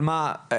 אבל מה,